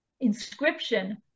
inscription